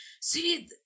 see